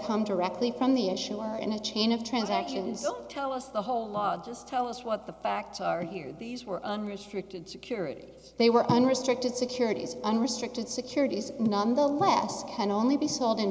come directly from the issue are in a chain of transactions don't tell us the whole lot just tell us what the facts are here these are unrestricted security they were unrestricted securities unrestricted securities nonetheless can only be sold in